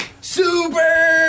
super